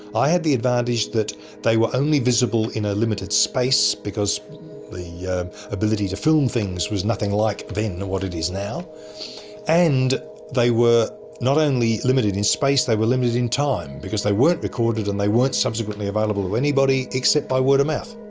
i had the advantage that they were only visible in a limited space because the ability to film things was nothing like then you know what it is now and they were not only limited in space, they were limited in time, because they weren't recorded and they weren't subsequently available to anybody, except by word of mouth.